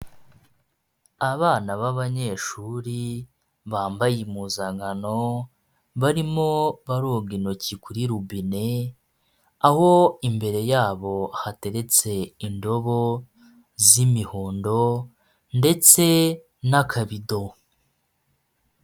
Abana b'abanyeshuri, bambaye impuzankano barimo baroga intoki kuri rubine, aho imbere yabo hateretse indobo z'imihondo ndetse n'akabido.